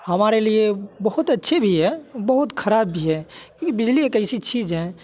हमारे लिए बहुत अच्छी भी है बहुत खराब भी है ये बिजली एक ऐसी चीज है